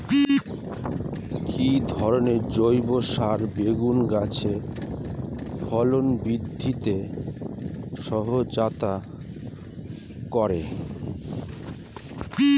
কি ধরনের জৈব সার বেগুন গাছে ফলন বৃদ্ধিতে সহায়তা করে?